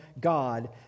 God